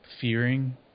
fearing